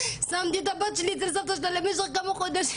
שמתי את הבת שלי אצל סבתא שלה למשך כמה חודשים,